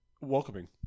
welcoming